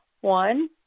one